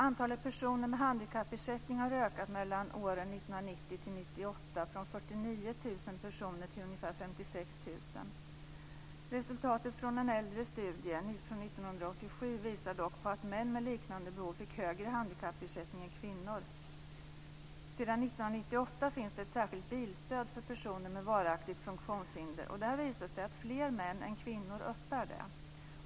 Antalet personer med handikappersättning har ökat mellan åren 1990 och 1998 från 49 000 personer till ungefär 56 000 personer. Resultatet från en äldre studie från 1987 visar dock på att män med liknande behov fick högre handikappersättning än kvinnor. Sedan 1998 finns det ett särskilt bilstöd för personer med varaktigt funktionshinder, och det har visat sig att fler män än kvinnor uppbär det.